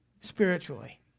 spiritually